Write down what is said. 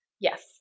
Yes